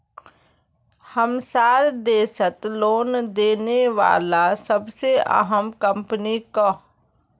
हमसार देशत लोन देने बला सबसे अहम कम्पनी क